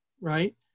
right